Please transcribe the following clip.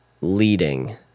leading